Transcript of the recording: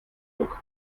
ruck